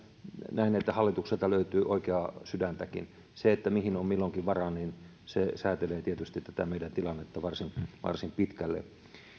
näen että hallitukselta löytyy oikeaa sydäntäkin se mihin on milloinkin varaa säätelee tietysti tätä meidän tilannettamme varsin pitkälle